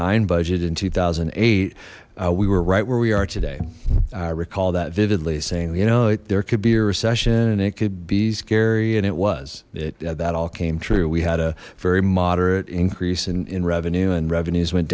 nine budget in two thousand and eight we were right where we are today i recall that vividly saying you know there could be a recession and it could be scary and it was it that all came true we had a very moderate increase in revenue and revenues went